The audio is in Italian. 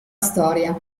storia